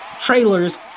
trailers